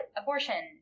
abortion